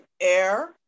air